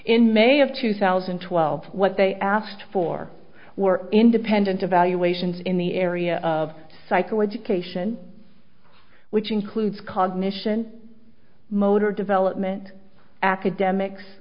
in may of two thousand and twelve what they asked for were independent evaluations in the area of psycho education which includes cognition motor development academics